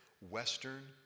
western